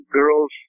girls